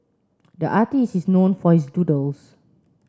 the artist is known for his doodles